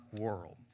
world